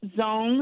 Zone